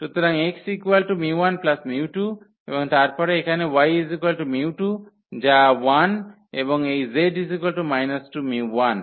সুতরাং x 𝜇1 𝜇2 এবং তারপরে এখানে y 𝜇2 যা 1 এবং এই z 2 𝜇1